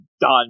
Done